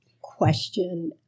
question